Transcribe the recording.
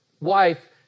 wife